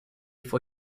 for